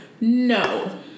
no